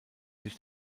sich